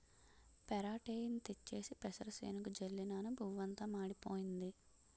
పెరాటేయిన్ తెచ్చేసి పెసరసేనుకి జల్లినను పువ్వంతా మాడిపోయింది